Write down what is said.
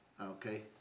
Okay